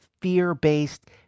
fear-based